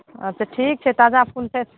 अच्छे ठीक छै ताजा फूल छै